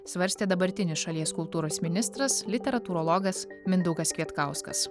svarstė dabartinis šalies kultūros ministras literatūrologas mindaugas kvietkauskas